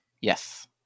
Yes